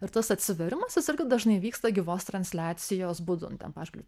ir tas atsivėrimas jis irgi dažnai vyksta gyvos transliacijos būdu nu ten pavyzdžiui